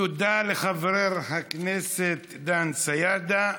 תודה לחבר הכנסת דן סידה.